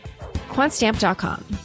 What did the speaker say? quantstamp.com